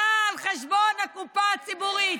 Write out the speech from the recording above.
הסתה על חשבון הקופה הציבורית.